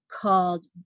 called